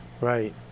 Right